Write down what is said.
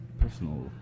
personal